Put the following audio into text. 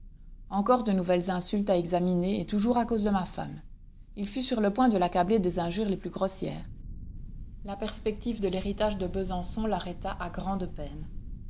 encore de nouvelles insultes à examiner et toujours à cause de ma femme il fut sur le point de l'accabler des injures les plus grossières la perspective de l'héritage de besançon l'arrêta à grande peine